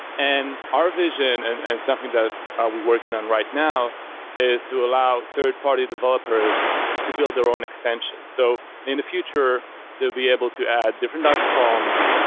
and our vision and and something that we're working on right now is to allow third-party developers to build their own extensions. so, in the future they'll be able to add different type of columns.